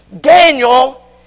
Daniel